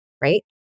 right